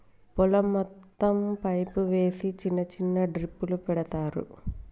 పొలం మొత్తం పైపు వేసి చిన్న చిన్న డ్రిప్పులు పెడతార్